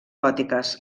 gòtiques